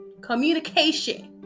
communication